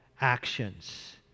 actions